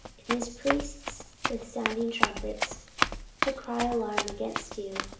and his priests with sounding trumpets to cry alarm against you.